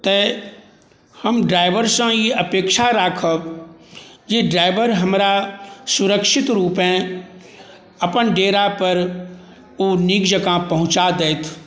तेँ हम ड्राइवरसँ ई अपेक्षा राखब जे ड्राइवर हमरा सुरक्षित रूपेँ अपन डेरापर ओ नीक जकाँ पहुँचा दैथ